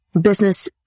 business